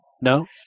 No